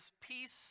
peace